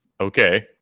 Okay